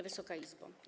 Wysoka Izbo!